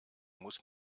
muss